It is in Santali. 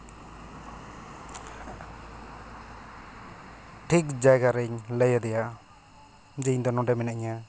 ᱴᱷᱤᱠ ᱡᱟᱭᱜᱟ ᱨᱤᱧ ᱞᱟᱹᱭᱟᱫᱮᱭᱟ ᱡᱮ ᱤᱧ ᱫᱚ ᱱᱚᱰᱮ ᱢᱤᱱᱟᱹᱧᱟ